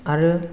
आरो